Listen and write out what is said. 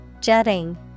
Jetting